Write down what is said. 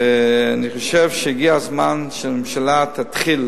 אני חושב שהגיע הזמן שהממשלה תתחיל,